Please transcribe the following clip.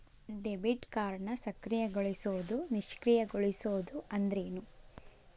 Debit ಕಾರ್ಡ್ನ ಸಕ್ರಿಯಗೊಳಿಸೋದು ನಿಷ್ಕ್ರಿಯಗೊಳಿಸೋದು ಅಂದ್ರೇನು?